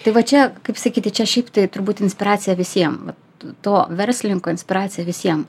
tai va čia kaip sakyti čia šiaip tai turbūt inspiracija visiem vat to verslininko inspiracija visiem